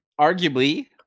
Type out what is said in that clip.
arguably